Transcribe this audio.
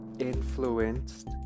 influenced